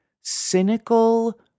cynical